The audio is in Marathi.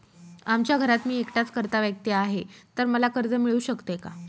आमच्या घरात मी एकटाच कर्ता व्यक्ती आहे, तर मला कर्ज मिळू शकते का?